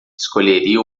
escolheria